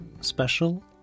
Special